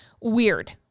Weird